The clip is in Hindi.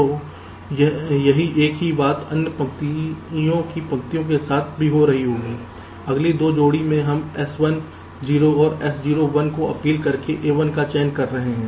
तो यही एक ही बात अन्य पंक्तियों की पंक्तियों के साथ भी हो रही है अगली जोड़ी में हम S1 0 और S0 1 को अपील करके A1 का चयन कर रहे हैं